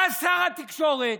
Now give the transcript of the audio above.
בא שר התקשורת